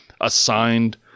assigned